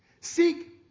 Seek